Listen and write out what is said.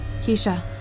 Keisha